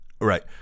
right